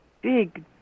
big